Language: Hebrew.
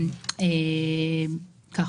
ככה,